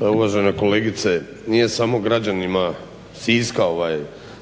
uvažena kolegice nije samo građanima Siska